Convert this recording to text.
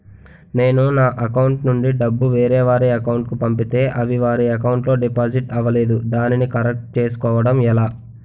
నేను నా అకౌంట్ నుండి డబ్బు వేరే వారి అకౌంట్ కు పంపితే అవి వారి అకౌంట్ లొ డిపాజిట్ అవలేదు దానిని కరెక్ట్ చేసుకోవడం ఎలా?